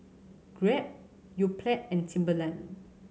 Grab Yoplait and Timberland